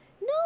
No